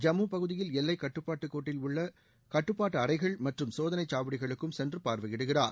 ஜம்மு பகுதியில் எல்லைக்கட்டுப்பாட்டு கோட்டில் உள்ள கட்டுப்பாட்டு அறைகள் மற்றம் சோதனைச்சாவடிகளுக்கும் சென்று பார்வையிடுகிறார்